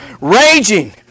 raging